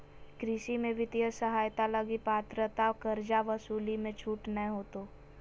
कृषि में वित्तीय सहायता लगी पात्रता कर्जा वसूली मे छूट नय होतो